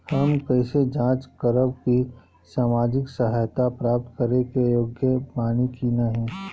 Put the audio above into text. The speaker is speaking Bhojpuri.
हम कइसे जांच करब कि सामाजिक सहायता प्राप्त करे के योग्य बानी की नाहीं?